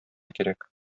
кирәк